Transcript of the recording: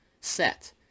set